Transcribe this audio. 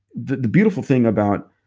the the beautiful thing about,